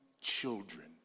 children